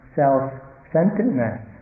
self-centeredness